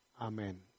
amen